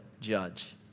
judge